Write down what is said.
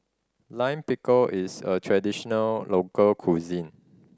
Lime Pickle is a traditional local cuisine